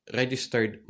registered